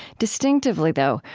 distinctively, though,